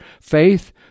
faith